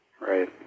right